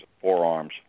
forearms